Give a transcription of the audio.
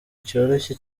cyoroshye